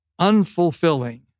unfulfilling